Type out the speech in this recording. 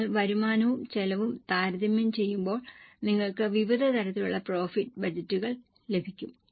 നിങ്ങൾ വരുമാനവും ചെലവും താരതമ്യം ചെയ്യുമ്പോൾ നിങ്ങൾക്ക് വിവിധ തരത്തിലുള്ള പ്രോഫിറ്റ് ബജറ്റുകൾ ലഭിക്കും